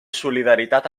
solidaritat